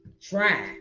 try